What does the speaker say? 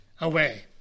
away